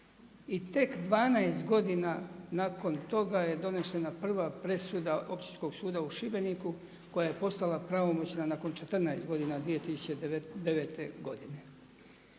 tek 12 godina nakon toga je donešena prva presuda Općinskog suda u Šibeniku koja je postala pravomoćna nakon 14 godina 2009. godine.